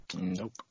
Nope